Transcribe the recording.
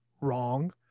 wrong